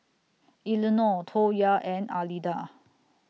Elenor Toya and Alida